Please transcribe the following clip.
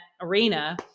arena